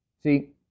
See